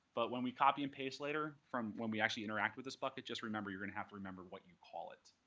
but when we copy and paste later from when we actually interact with this bucket, just remember, you're going to have to remember what you call it.